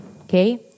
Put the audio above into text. okay